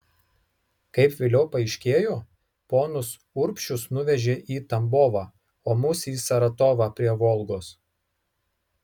kaip vėliau paaiškėjo ponus urbšius nuvežė į tambovą o mus į saratovą prie volgos